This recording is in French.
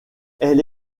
elle